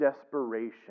desperation